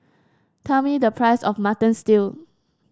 tell me the price of Mutton Stew